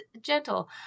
gentle